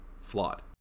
flawed